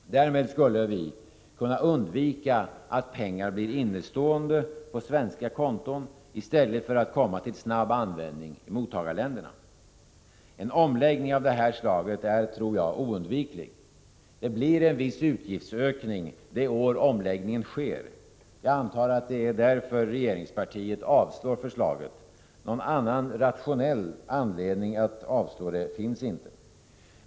Därmed skulle vi kunna undvika att pengar blir innestående på svenska konton i stället för att komma till snabb användning i mottagarländerna. En omläggning av det här slaget är, tror jag, oundviklig. Det blir en viss utgiftsökning det år omläggningen sker. Jag antar att det är därför regeringspartiet går emot förslaget. Något annat rationellt skäl finns inte.